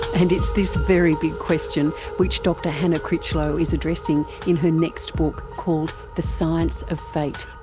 and it's this very big question which dr hannah critchlow is addressing in her next book, called the science of fate.